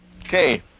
Okay